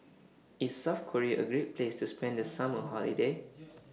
IS South Korea A Great Place to spend The Summer Holiday